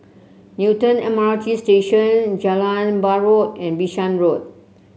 Newton M R T Station Jalan Buroh and Bishan Road